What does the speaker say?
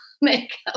makeup